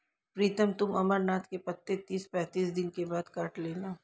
प्रीतम तुम अमरनाथ के पत्ते तीस पैंतीस दिन के बाद काट लेना